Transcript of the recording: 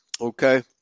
Okay